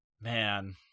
Man